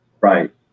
Right